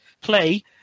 play